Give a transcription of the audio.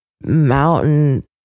mountain